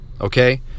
okay